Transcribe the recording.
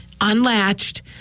unlatched